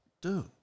dude